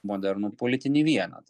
modernų politinį vienetą